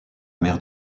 mer